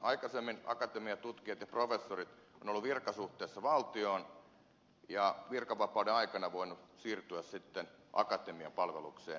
aikaisemmin akatemian tutkijat ja professorit ovat olleet virkasuhteessa valtioon ja virkavapauden aikana voineet siirtyä sitten akatemian palvelukseen